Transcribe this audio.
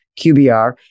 QBR